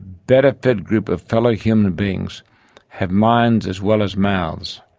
better fed groups of fellow human beings have minds as well as mouths,